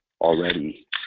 already